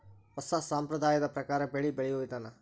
ಹೊಸಾ ಸಂಪ್ರದಾಯದ ಪ್ರಕಾರಾ ಬೆಳಿ ಬೆಳಿಯುವ ವಿಧಾನಾ